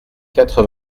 quatre